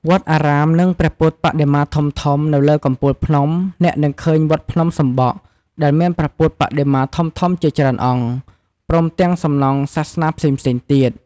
វត្តអារាម និងព្រះពុទ្ធបដិមាធំៗ នៅលើកំពូលភ្នំ អ្នកនឹងឃើញវត្តភ្នំសំបក់ ដែលមានព្រះពុទ្ធបដិមាធំៗជាច្រើនអង្គ ព្រមទាំងសំណង់សាសនាផ្សេងៗទៀត។